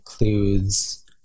includes